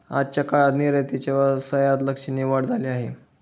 आजच्या काळात निर्यातीच्या व्यवसायात लक्षणीय वाढ झाली आहे